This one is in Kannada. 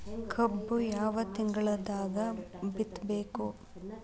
ಕಬ್ಬು ಯಾವ ತಿಂಗಳದಾಗ ಬಿತ್ತಬೇಕು?